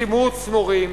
תמרוץ מורים,